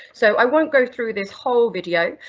so i won't go through this whole video,